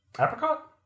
apricot